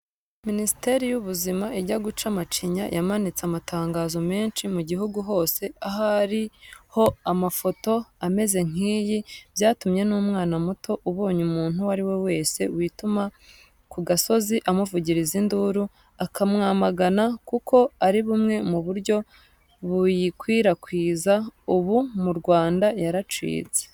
Minisiteri y'Ubuzima ijya guca macinya, yamanitse amatangazo menshi mu gihugu hose ariho amafoto ameze nk'iyi; byatumye n'umwana muto ubonye umuntu uwo ariwe wese wituma ku gasozi, amuvugiriza induru, akamwamagana kuko ari bumwe mu buryo buyikwirakwiza, ubu mu Rwanda yaracitse.